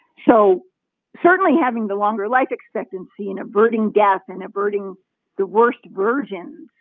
so certainly having the longer life expectancy and averting death and averting the worst versions,